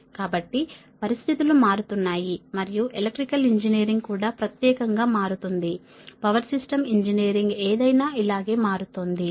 కాబట్టి పరిస్థితులు మారుతున్నాయి మరియు ఎలక్ట్రికల్ ఇంజనీరింగ్ కూడా ప్రత్యేకంగా మారుతోంది పవర్ సిస్టమ్ ఇంజనీరింగ్ ఏదైనా ఇలాగా మారుతోంది సరేనా